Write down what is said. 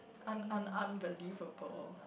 un~ un~ unbelievable